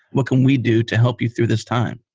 what can we do to help you through this time?